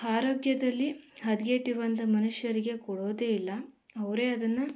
ಹಾರೋಗ್ಯದಲ್ಲಿ ಹದ್ಗೆಟ್ಟಿರುವಂತ ಮನುಷ್ಯರಿಗೆ ಕೊಡೋದೆ ಇಲ್ಲ ಅವರೇ ಅದನ್ನು